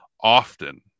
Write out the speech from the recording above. often